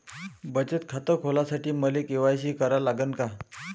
बचत खात खोलासाठी मले के.वाय.सी करा लागन का?